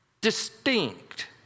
distinct